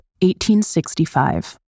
1865